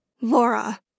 Laura